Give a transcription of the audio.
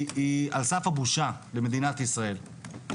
היא על סף הבושה במדינת ישראל.